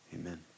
Amen